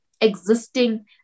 existing